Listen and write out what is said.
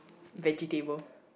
vegetable